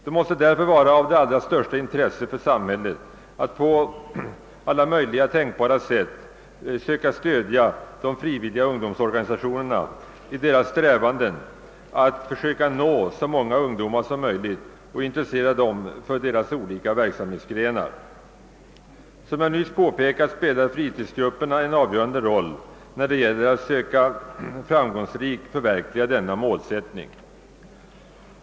Det måste därför vara av allra största intresse för samhället att på alla tänkbara sätt söka stödja de frivilliga ungdomsorganisationerna i deras strävanden att nå så många ungdomar som möjligt och intressera dem för ungdomsorganisationernas olika verksamhetsgrenar. Som jag nyss påpekade spelar fritidsgrupperna en avgörande roll när det gäller att söka framgångsrikt förverkliga denna målsättning.